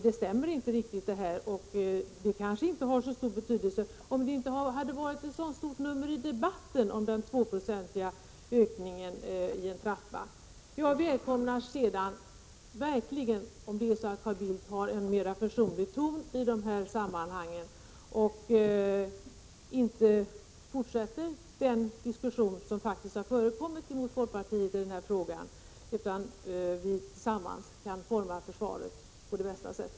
Det hade kanske inte haft så stor betydelse om det inte i debatten gjorts ett — Prot. 1986/87:133 sådant stort nummer av den trappstegsvisa 2-procentiga ökningen som nu 1 juni 1987 inte återfinns i yrkande. Till slut vill jag säga att jag verkligen välkomnar om Carl Bildt vill använda en mera försonlig ton och inte fortsätter den diskussion som faktiskt har förts gentemot folkpartiet i den här frågan, så att vi tillsammans kan forma försvaret på bästa sätt.